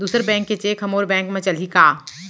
दूसर बैंक के चेक ह मोर बैंक म चलही का?